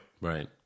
Right